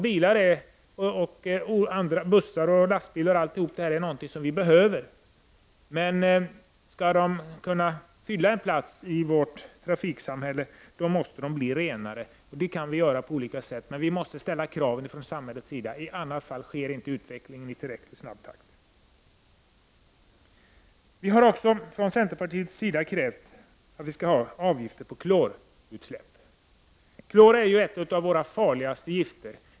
Bilar, bussar och lastbilar är någonting vi behöver, men om de skall kunna fylla en plats i vårt framtida trafiksamhälle måste avgaserna bli renare. Det kan åstadkommas på olika sätt men kraven måste ställas från samhällets sida, i annat fall sker inte utvecklingen i tillräckligt snabb takt. Vi har också från centerpartiets sida krävt att det skall vara avgifter på klorutsläpp. Klor är ett av de farligaste gifterna.